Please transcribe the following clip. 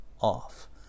off